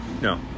No